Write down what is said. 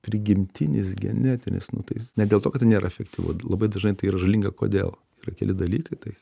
prigimtinis genetinis nu tai ne dėl to kad tai nėra efektyvu labai dažnai tai yra žalinga kodėl yra keli dalykai tai